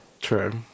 True